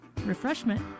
refreshment